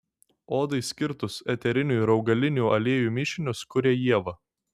odai skirtus eterinių ir augalinių aliejų mišinius kuria ieva